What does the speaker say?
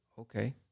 Okay